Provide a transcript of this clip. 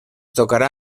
tocarà